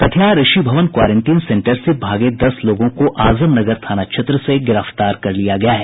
Katihar Rishi Bhawan quarantine centre से भागे दस लोगों को आजम नगर थाना क्षेत्र से गिरफ्तार कर लिया गया है